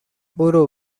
برو